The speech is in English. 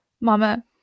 Mama